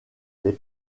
les